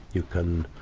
you can